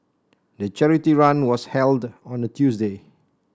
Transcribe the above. the charity run was held on a Tuesday